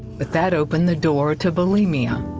but that opened the door to bulemia.